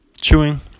Chewing